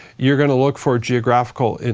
you're gonna look for geographical and